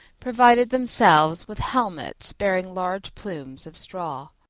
provided themselves with helmets bearing large plumes of straw.